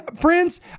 friends